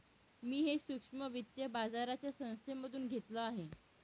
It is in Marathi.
मी हे सूक्ष्म वित्त बाजाराच्या संस्थेमधून घेतलं आहे